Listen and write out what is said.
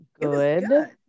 Good